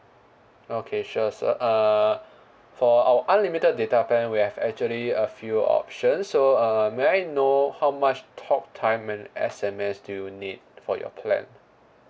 okay sure so uh for our unlimited data plan we have actually a few options so uh may I know how much talktime and S_M_S do you need for your plan